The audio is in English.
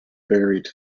buried